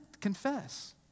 confess